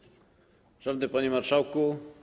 Szanowny Panie Marszałku!